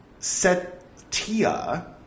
Setia